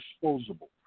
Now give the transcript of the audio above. disposable